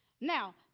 Now